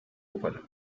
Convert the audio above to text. búfalo